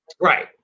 Right